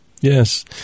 Yes